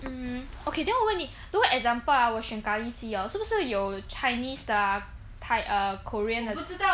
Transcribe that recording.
um okay then 我问你如果 example ah 我选咖喱鸡 hor 是不是有 chinese 的啊 korean 的